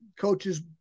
coaches